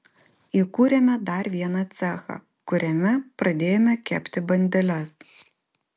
įkūrėme dar vieną cechą kuriame pradėjome kepti bandeles